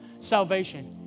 salvation